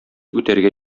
үтәргә